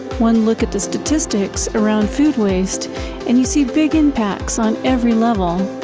one look at the statistics around food waste and you see big impacts on every level.